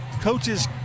coaches